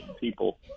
people